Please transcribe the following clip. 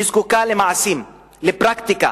היא זקוקה למעשים, לפרקטיקה,